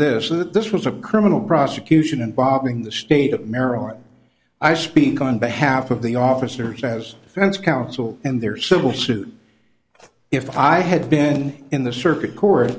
that this was a criminal prosecution and bombing the state of maryland i speak on behalf of the officers as offense counsel and their civil suit if i had been in the circuit court